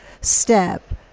step